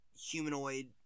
humanoid